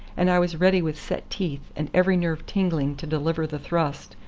and i was ready with set teeth and every nerve tingling to deliver the thrust,